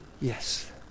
yes